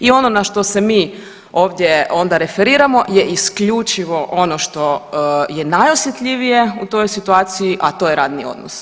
I ono na što se mi ovdje onda referiramo je isključivo ono što je najosjetljivije u toj situaciji, a to je radni odnos.